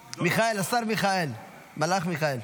מיכאל, המלאך מיכאל.